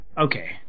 Okay